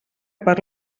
per